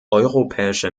europäische